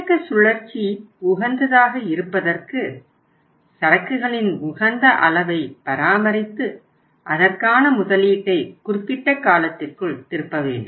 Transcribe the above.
இயக்க சுழற்சி உகந்ததாக இருப்பதற்கு சரக்குகளின் உகந்த அளவை பராமரித்து அதற்கான முதலீட்டை குறிப்பிட்ட காலத்திற்குள் திருப்ப வேண்டும்